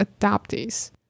Adoptees